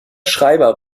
schreiber